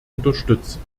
unterstützen